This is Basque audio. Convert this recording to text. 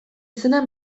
izena